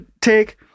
take